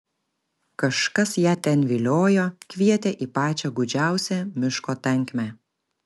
kažkas ją ten viliojo kvietė į pačią gūdžiausią miško tankmę